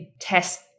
test